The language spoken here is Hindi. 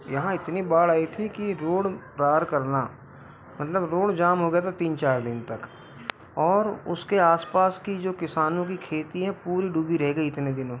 यहाँ इतनी बाढ़ आई थी कि रोड़ पार करना मतलब रोड़ जाम हो गया था तीन चार दिन तक और उसके आस पास की जो किसानों की खेती हैं पूरी डूबी रह गई इतने दिनों